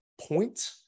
point